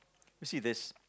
you see there's